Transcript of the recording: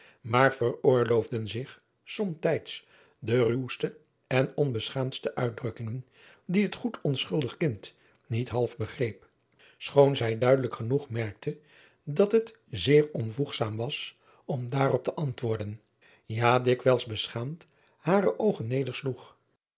maar veroorloofden zich somtijds de ruwste en onbeschaamdste uitdrukkingen die het goed onschuldig kind niet half begreep schoon zij duidelijk genoeg merkte dat het zeer onvoegzaam was om daarop te antwoorden ja dikwijls beschaamd hare oogen